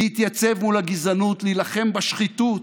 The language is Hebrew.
להתייצב מול הגזענות, להילחם בשחיתות,